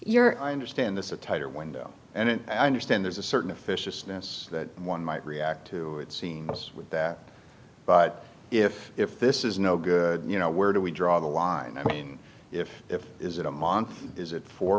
your i understand this is a tighter window and i understand there's a certain officiousness that one might react to it seems with that but if if this is no good you know where do we draw the line i mean if if is it a month is it fo